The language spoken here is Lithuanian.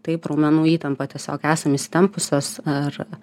taip raumenų įtampa tiesiog esam įsitempusios ar